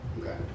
Okay